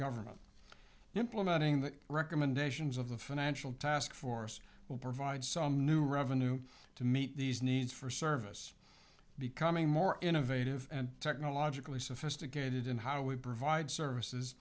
government implementing the recommendations of the financial taskforce will provide some new revenue to meet these needs for service becoming more innovative and technologically sophisticated in how we provide services